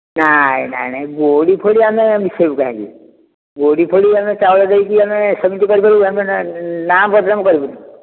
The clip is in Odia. ନାହିଁ ନାହିଁ ନାହିଁ ଗୋଡ଼ି ଫୋଡ଼ି ଆମେ ମିଶେଇବୁ କାହିଁକି ଗୋଡ଼ି ଫୋଡି ଆମେ ଚାଉଳରେ ଦେଇକି ଆମେ ସେମିତି କରିପାରିବୁ ନା ଆମେ ନାଁ ବଦନାମ କରିବୁନି